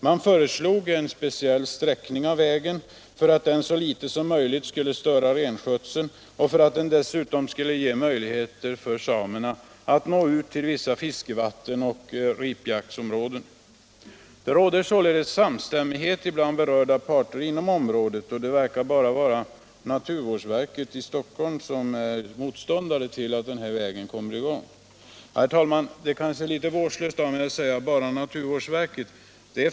De föreslog en speciell sträckning för att den så litet som möjligt skulle störa renskötseln och för att den dessutom skulle göra det möjligt för samerna att nå ut till vissa fiskevatten och ripjaktsområden. Det råder alltså samstämmighet bland de berörda parterna i området, och det verkar vara bara naturvårdsverket i Stockholm som är motståndare till att den här vägen byggs. Herr talman! Det är kanske litet vårdslöst av mig att säga ”bara naturvårdsverket”.